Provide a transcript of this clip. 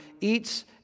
eats